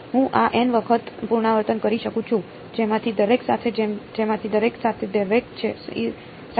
હું આ N વખત પુનરાવર્તન કરી શકું છું જેમાંથી દરેક સાથે જેમાંથી દરેક સાથે દરેક ts સાથે